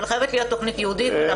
אבל חייבת להיות תכנית ייעודית.